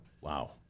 Wow